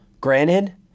granted